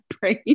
brain